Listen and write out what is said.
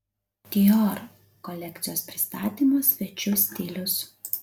dior kolekcijos pristatymo svečių stilius